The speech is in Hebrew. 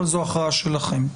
אבל זאת הכרעה שלכם.